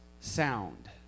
sound